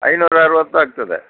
ಐನ್ನೂರು ಅರ್ವತ್ತು ಆಗ್ತದೆ